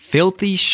Filthy